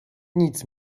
nic